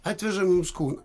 atvežam jums kūną